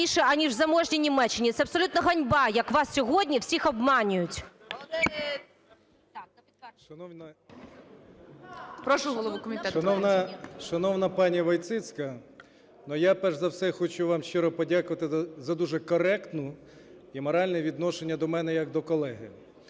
Шановна пані Войціцька, я, перш за все, хочу вам щиро подякувати за дуже коректне і моральне відношення до мене як до колеги.